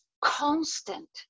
constant